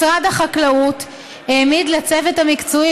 משרד החקלאות העמיד לרשות הצוות המקצועי